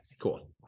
cool